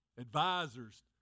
advisors